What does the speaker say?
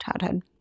childhood